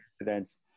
incidents